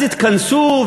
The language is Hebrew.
אז התכנסו,